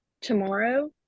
tomorrow